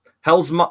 Hell's